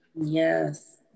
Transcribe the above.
Yes